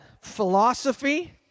philosophy